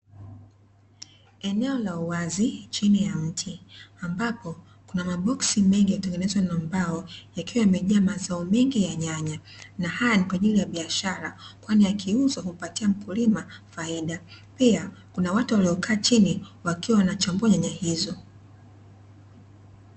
Eneo la uwazi chini ya mti ambapo kuna maboksi mengi yaliyotengenezwa na mbao, yakiwa yamejaa mazao mengi ya nyanya na haya ni kwa ajili ya biashara kwani yakiuzwa humpatia mkulima faida pia kuna watu waliokaa chini wakiwa wanachambua nyanya hizo.